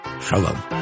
shalom